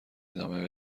ادامه